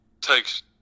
takes